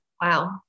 Wow